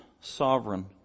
sovereign